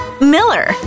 Miller